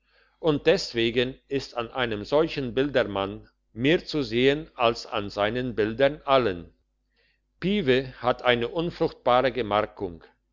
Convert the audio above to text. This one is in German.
und deswegen ist an einem solchen bildermann mehr zu sehen als an seinen bildern allen pieve hat eine unfruchtbare gemarkung